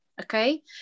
okay